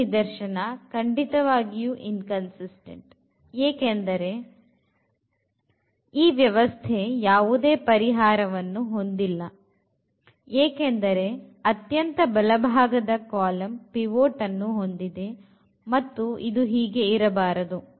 ಈ ನಿದರ್ಶನ ಖಂಡಿತವಾಗಿಯೂ inconsistent ಏಕೆಂದರೆ ವ್ಯವಸ್ಥೆ ಯಾವುದೇ ಪರಿಹಾರವನ್ನು ಹೊಂದಿಲ್ಲ ಏಕೆಂದರೆ ಅತ್ಯಂತ ಬಲಭಾಗದ ಕಾಲಂ ಪಿವೊಟ್ ವನ್ನು ಹೊಂದಿದೆ ಮತ್ತು ಇದು ಹೀಗೆ ಇರಬಾರದು